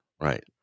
Right